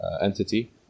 entity